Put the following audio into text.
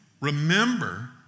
remember